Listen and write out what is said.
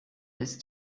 ist